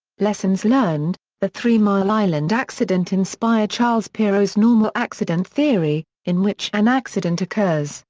lessons learned the three mile island accident inspired charles perrow's normal accident theory, in which an accident occurs,